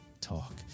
Talk